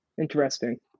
Interesting